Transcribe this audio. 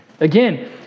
Again